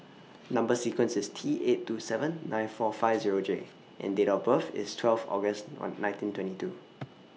Number sequence IS T eight two seven nine four five Zero J and Date of birth IS twelfth August one nineteen twenty two